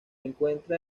encuentra